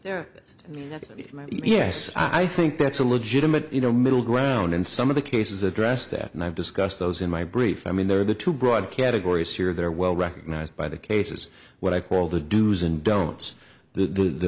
that yes i think that's a legitimate you know middle ground and some of the cases address that and i've discussed those in my brief i mean there are the two broad categories here they're well recognized by the cases what i call the do's and don'ts the